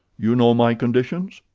you know my conditions?